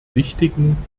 wichtigen